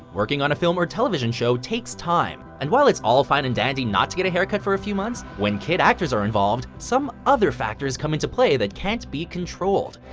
working on a film or television show takes time, and while it's all fine and dandy not to get a haircut for a few months, when kid actors are involved, some other factors come into play that can't be controlled.